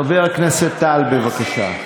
חבר הכנסת טל, בבקשה.